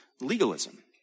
legalism